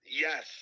Yes